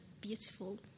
beautiful